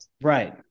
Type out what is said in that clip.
Right